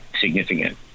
significant